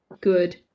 good